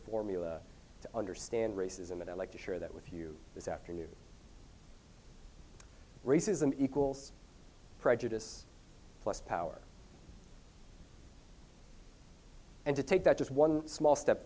formula to understand racism and i'd like to share that with you this afternoon racism equals prejudice plus power and to take that just one small step